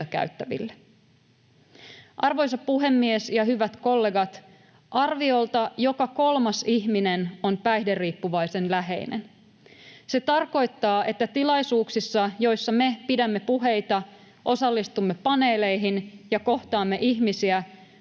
Arvoisa puhemies ja hyvät kollegat! Arviolta joka kolmas ihminen on päihderiippuvaisen läheinen. Se tarkoittaa, että tilaisuuksissa, joissa me pidämme puheita, osallistumme paneeleihin ja kohtaamme ihmisiä,